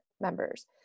members